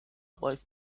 wife